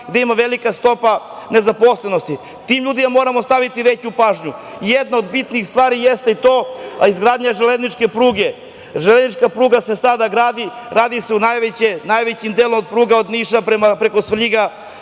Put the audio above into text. gde je velika stopa nezaposlenosti. Tim ljudima moramo pokloniti veću pažnju. Jedna od bitnih stvari jeste izgradnja železničke pruge. Železnička pruga se sada gradi, najvećim delom od Niša preko Svrljiga